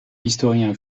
l’historien